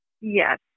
Yes